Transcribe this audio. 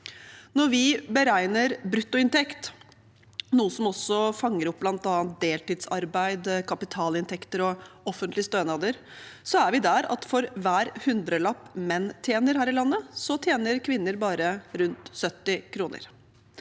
Når vi beregner bruttoinntekt – noe som også fanger opp bl.a. deltidsarbeid, kapitalinntekter og offentlige stønader – er vi der at for hver hundrelapp menn tjener her i landet, tjener kvinner bare rundt 70 kr.